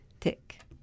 tick